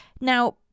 Now